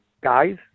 guys